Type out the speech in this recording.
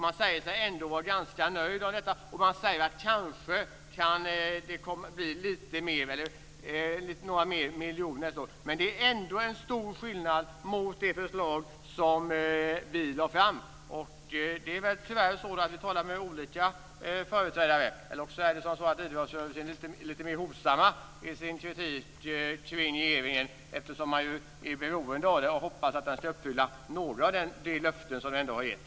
Man säger sig ändå vara ganska nöjd med detta, och man säger att det kanske kan bli några fler miljoner nästa år. Men det är ändå en stor skillnad mot det förslag som vi lade fram. Det är väl tyvärr så att vi talar med olika företrädare. Eller också är det så att idrottsrörelsen är lite mer hovsam i sin kritik av regeringen eftersom man är beroende av den och hoppas att den ska uppfylla några av de löften som den har gett.